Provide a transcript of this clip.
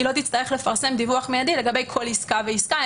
היא לא תצטרך לפרסם דיווח מיידי לגבי כל עסקה ועסקה.